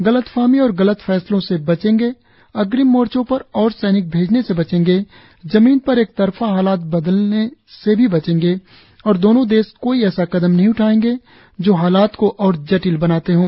गलतफहमी और गलत फैसलों से बचेंगे अग्रिम मोर्चों पर और सैनिक भेजने से बचेंगे जमीन पर एकतरफा हालात बदलने से भी बचेंगे और दोनों देश कोई ऐसा कदम नहीं उठाएंगे जो हालात को और जटिल बनाते हों